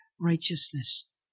righteousness